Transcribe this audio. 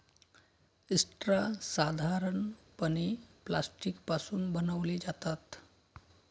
straw साधारणपणे plastic पासून बनवले जातात